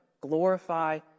glorify